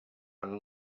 and